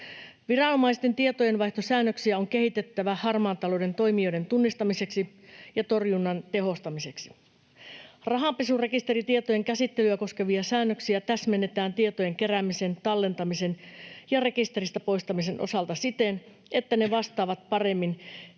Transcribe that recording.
Viranomaisten tietojenvaihtosäännöksiä on kehitettävä harmaan talouden toimijoiden tunnistamiseksi ja torjunnan tehostamiseksi. Rahanpesurekisteritietojen käsittelyä koskevia säännöksiä täsmennetään tietojen keräämisen, tallentamisen ja rekisteristä poistamisen osalta siten, että ne vastaavat paremmin